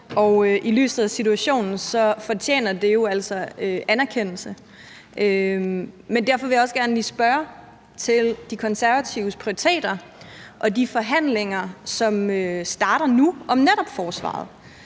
Og i lyset af situationen fortjener det jo altså anerkendelse. Derfor vil jeg også gerne lige spørge til De Konservatives prioriteter og de forhandlinger, som starter nu, om netop forsvaret.